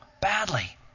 badly